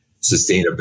sustainability